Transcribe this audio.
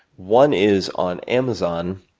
one is, on amazon,